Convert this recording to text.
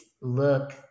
look